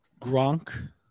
Gronk